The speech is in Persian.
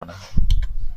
کنم